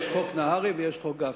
יש חוק נהרי, ויש חוק גפני.